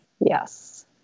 Yes